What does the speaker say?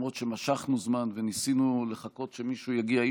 ולמרות שמשכנו זמן וניסינו לחכות שמישהו יגיע,